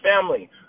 family